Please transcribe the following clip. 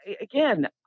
again